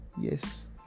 yes